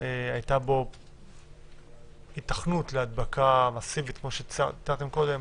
הייתה בו היתכנות להדבקה מסיבית, כמו שנתתם קודם,